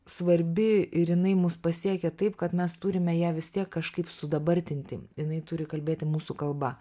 svarbi ir jinai mus pasiekia taip kad mes turime ją vis tiek kažkaip sudabartinti jinai turi kalbėti mūsų kalba